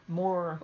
more